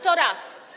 To raz.